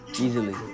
Easily